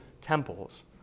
temples